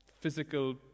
physical